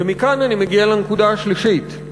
ומכאן אני מגיע לנקודה השלישית: